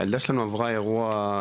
הילדה שלנו עברה אירוע,